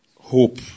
hope